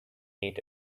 ate